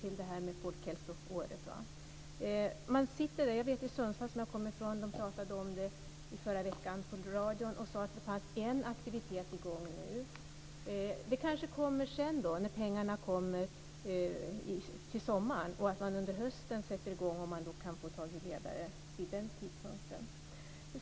I Sundsvall, som jag kommer från, pratade de om det på radion i förra veckan och sade att det var en aktivitet i gång. Det kanske kommer sedan, när pengarna kommer, till sommaren och att man sätter i gång under hösten om man kan få tag i ledare vid den tidpunkten.